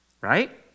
right